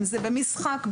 במשחק,